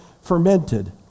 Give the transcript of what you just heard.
fermented